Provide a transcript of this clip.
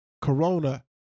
Corona